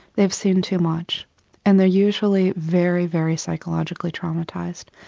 they've seen too much and they are usually very, very psychologically traumatised.